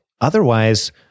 otherwise